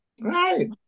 Right